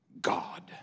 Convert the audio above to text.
God